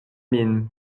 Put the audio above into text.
mine